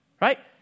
right